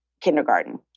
kindergarten